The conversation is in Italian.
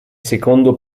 secondo